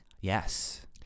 Yes